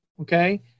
okay